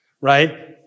right